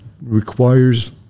requires